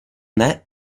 that